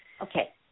okay